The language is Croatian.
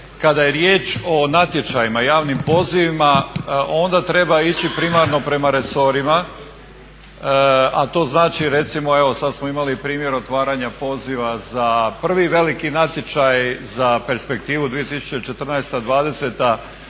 kada je riječ o natječajima i javnim pozivima onda treba ići primarno prema resorima, a to znači recimo evo sad smo imali primjer otvaranja poziva za prvi veliki natječaj za perspektivu 2014.-2010.